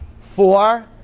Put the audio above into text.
Four